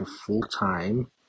full-time